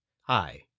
Hi